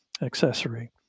Accessory